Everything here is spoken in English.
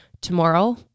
tomorrow